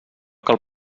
cal